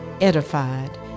edified